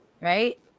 Right